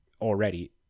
already